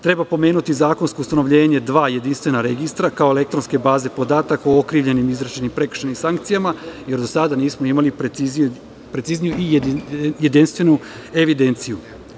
Treba pomenuti zakonsko ustanovljenje dva jedinstvena registra, kao elektronske baze podataka o okrivljenim, izvršenim, prekršajnim sankcijama, jer do sada nismo imali precizniju i jedinstvenu evidenciju.